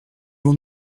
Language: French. vont